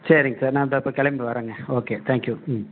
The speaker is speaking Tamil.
சரிங்க சார் நான் இந்தோ இப்போ கிளம்பி வரேங்க ஓகே தேங்க் யூ ம்